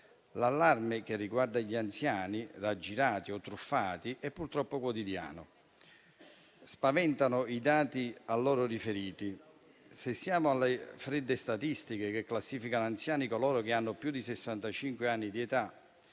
L'allarme che riguarda gli anziani raggirati o truffati è, purtroppo, quotidiano. Spaventano i dati a loro riferiti. Se stiamo alle fredde statistiche che classificano anziani coloro che hanno più di sessantacinque